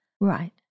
Right